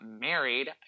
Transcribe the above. married